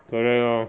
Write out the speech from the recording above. correct lor